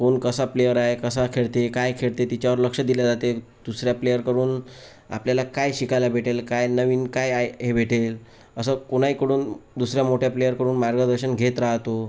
कोण कसा प्लेअर आहे कसा खेळते काय खेळते तिच्यावर लक्ष दिले जाते दुसऱ्या प्लेअरकडून आपल्याला काय शिकायला भेटेल काय नवीन काय आहे भेटेल असं कोणाहीकडून दुसऱ्या मोठ्या प्लेअरकडून मार्गदर्शन घेत राहतो